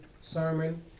sermon